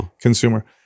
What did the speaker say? consumer